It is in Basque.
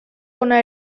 ona